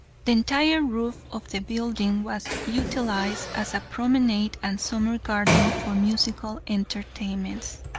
the entire roof of the building was utilized as a promenade and summer garden for musical entertainments.